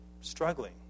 struggling